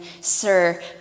Sir